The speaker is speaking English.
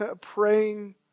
praying